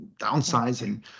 downsizing